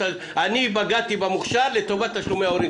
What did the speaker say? אני פגעתי במוכש"ר לטובת תשלומי הורים.